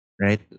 Right